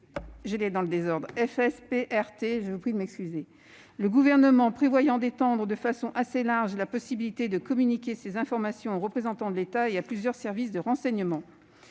de la radicalisation à caractère terroriste, le FSPRT. Le Gouvernement prévoyait d'étendre de façon assez large la possibilité de communiquer ces informations aux représentants de l'État et à plusieurs services de renseignement.